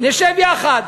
נשב יחד.